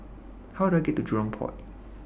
How Do I get to Jurong Port